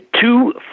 two